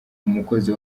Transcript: umukozi